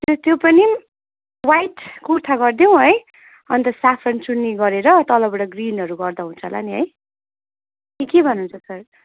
त्यो पनि वाइट कुर्ता गरिदिऊँ है अन्त सेफरन चुन्नी गरेर तलबाट ग्रिनहरू गर्दा हुन्छ होला नि है कि के भन्नु हुन्छ सर